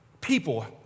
People